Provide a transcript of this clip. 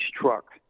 truck